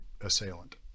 assailant